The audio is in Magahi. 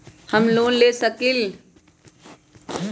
हम लोन ले सकील?